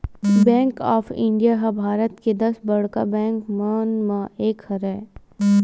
bank of India ह भारत के दस बड़का बेंक मन म एक हरय